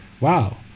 Wow